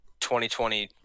2020